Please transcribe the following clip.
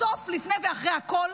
בסוף לפני ואחרי הכול,